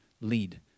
lead